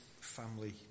family